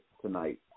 tonight